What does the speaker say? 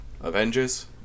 Avengers